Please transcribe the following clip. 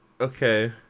okay